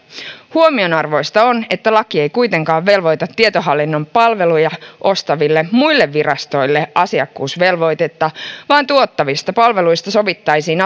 huomionarvoista on että laki ei kuitenkaan velvoita tietohallinnon palveluja ostaville muille virastoille asiakkuusvelvoitetta vaan tuottavista palveluista sovittaisiin